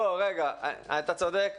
לא, רגע, אתה צודק.